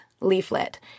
leaflet